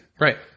Right